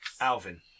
Alvin